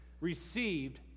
received